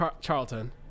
Charlton